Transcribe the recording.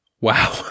Wow